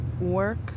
work